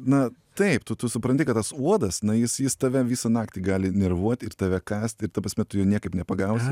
na taip tu tu supranti kad tas uodas na jis jis tave visą naktį gali nervuot ir tave kąst ir ta prasme tu jo niekaip nepagausi